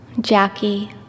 Jackie